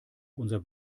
unser